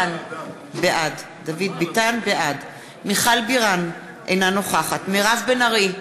בעד מיכל בירן, אינה נוכחת מירב בן ארי,